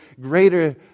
greater